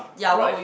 right